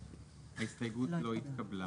הצבעה ההסתייגות לא התקבלה